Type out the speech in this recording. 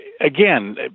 again